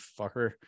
fucker